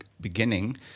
beginning